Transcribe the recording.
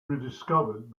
rediscovered